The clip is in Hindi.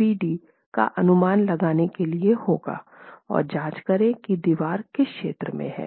Pd का अनुमान लगाने के लिए होगा और जाँच करें कि दीवार किस क्षेत्र में हैं